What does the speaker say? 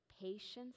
patience